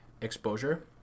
exposure